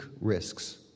risks